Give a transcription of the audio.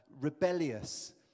rebellious